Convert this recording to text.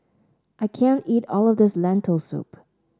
I can't eat all of this Lentil Soup